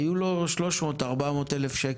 היו לו 300,000-400,000 ₪.